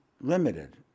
limited